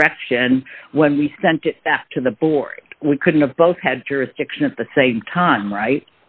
correction when we sent it back to the board we couldn't have both had jurisdiction at the same time right